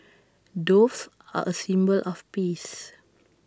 doves are A symbol of peace